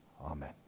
Amen